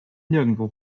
nirgendwo